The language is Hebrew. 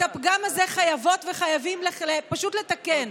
את הפגם הזה חייבות וחייבים פשוט לתקן.